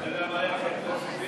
אתה יודע מה היה חלקו של ביבי?